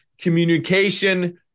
communication